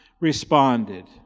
responded